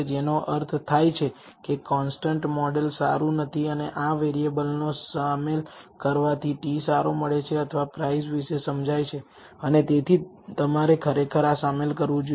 જેનો અર્થ થાય છે કે કોન્સ્ટન્ટ મોડેલ સારું નથી અને આ વેરીયેબલને શામેલ કરવાથી t સારો મળે અથવા પ્રાઈઝ વિશે સમજાય છે અને તેથી તમારે ખરેખર આ શામેલ કરવું જોઈએ